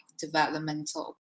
developmental